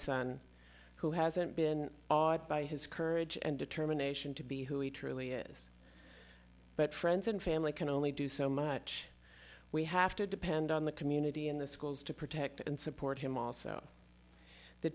son who hasn't been odd by his courage and determination to be who he truly is but friends and family can only do so much we have to depend on the community and the schools to protect and support him also the